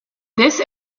this